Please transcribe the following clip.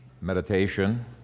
meditation